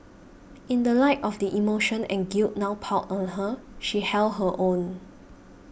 in the light of the emotion and guilt now piled on her she held her own